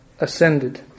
ascended